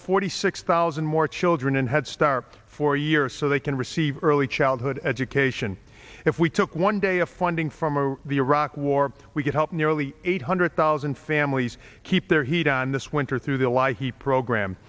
forty six thousand more children in head start four years so they can receive early childhood education if we took one day of funding from the iraq war we could help nearly eight hundred thousand families keep their heat on this winter through the light he program